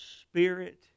spirit